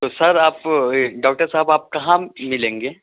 تو سر آپ ڈاکٹر صاحب آپ کہاں ملیں گے